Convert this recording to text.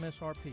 MSRP